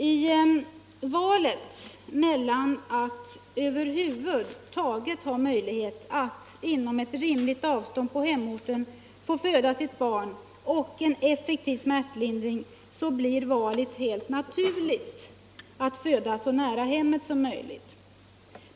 I valet mellan att få föda sitt barn inom ett rimligt avstånd från hemorten och att få en effektiv smärtlindring vill man helt naturligt föda så nära hemmet som möjligt.